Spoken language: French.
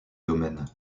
domaine